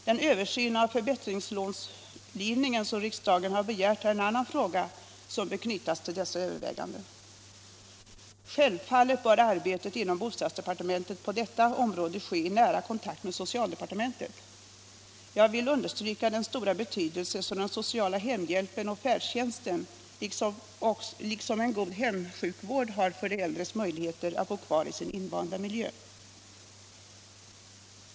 Den översyn av förbättringslångivningen som riksdagen har begärt är en annan fråga som bör knytas till dessa överväganden. Självfallet bör arbetet inom bostadsdepartementet på detta område ske i nära kontakt med socialdepartementet. Jag vill understryka den stora betydelse som den sociala hemhjälpen och färdtjänsten liksom en god hemsjukvård har för de äldres möjligheter att bo kvar i sin invanda miljö.